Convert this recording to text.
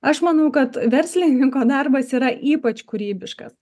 aš manau kad verslininko darbas yra ypač kūrybiškas